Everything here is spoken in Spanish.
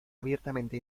abiertamente